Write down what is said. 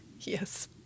Yes